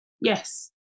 Yes